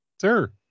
sir